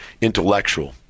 intellectual